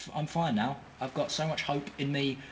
i'm fine now! i've got so much hope in me,